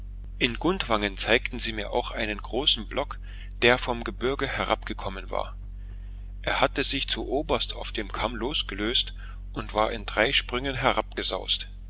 in gudvangen zeigten sie mir auch einen großen block der vom gebirge herabgekommen war er hatte sich zu oberst auf dem kamm losgelöst und war in drei sprüngen herabgesaust